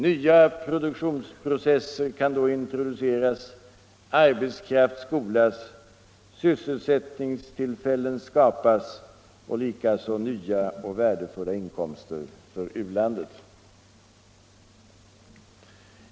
Nya produktionsprocesser kan då introduceras, arbetskraft skolas, sysselsättningstillfällen skapas och likaså nya och värdefulla inkomster för u-landet.